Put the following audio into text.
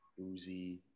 Uzi